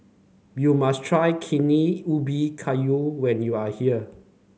you must try Kuih Ubi Kayu when you are here